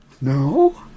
No